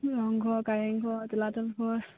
ৰংঘৰ কাৰেংঘৰ তলাতল ঘৰ